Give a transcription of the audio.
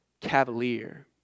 cavalier